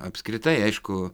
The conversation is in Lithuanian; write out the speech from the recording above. apskritai aišku